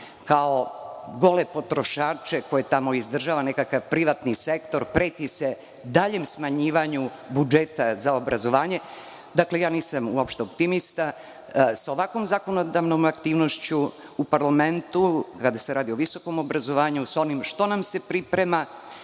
kao gole potrošače koje tamo izdržava nekakav privatan sektor i preti se daljem smanjivanju budžeta za obrazovanje. Dakle, nisam uopšte optimista. Sa ovakvom zakonodavnom aktivnošću u parlamentu, kada se radi o visokom obrazovanju, sa onim što nam se priprema